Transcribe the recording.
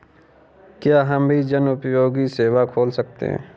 क्या हम भी जनोपयोगी सेवा खोल सकते हैं?